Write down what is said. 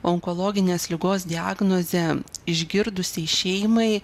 onkologinės ligos diagnozę išgirdusiai šeimai